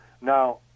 Now